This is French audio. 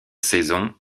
saison